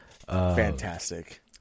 fantastic